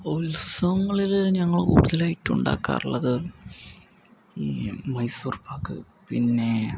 ഉത്സവങ്ങളിൽ ഞങ്ങൾ കൂടുതലായിട്ടും ഉണ്ടാക്കാറുള്ളത് മൈസൂർ പാക്ക് പിന്നെ